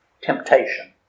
temptation